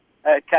Okay